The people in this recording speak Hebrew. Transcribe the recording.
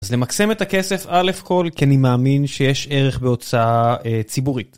אז למקסם את הכסף, א' כל, כי אני מאמין שיש ערך בהוצאה ציבורית.